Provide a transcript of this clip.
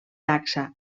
dacsa